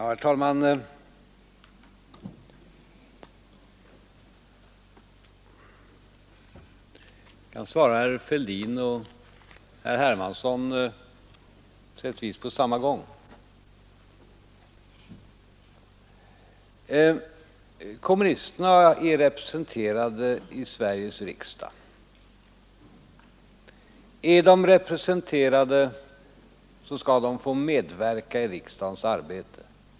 Herr talman! Jag kan svara herr Fälldin och herr Hermansson på sätt och vis på samma gång. Kommunisterna är representerade i Sveriges riksdag. Är de representerade, så skall de få medverka i riksdagens arbete Då får de rösta.